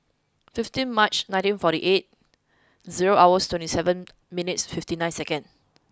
fifteen March nineteen forty eight zero hours twenty seven minutes fifty nine seconds